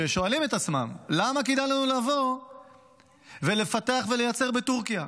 ששואלים את עצמם: למה כדאי לנו לבוא ולפתח ולייצר בטורקיה?